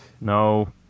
No